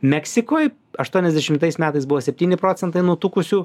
meksikoj aštuoniasdešimtais metais buvo septyni procentai nutukusių